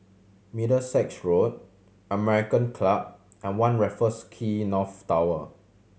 Middlesex Road American Club and One Raffles Quay North Tower